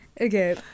okay